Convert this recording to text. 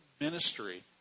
ministry